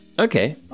Okay